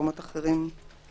אבל